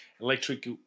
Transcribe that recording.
electric